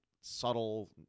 subtle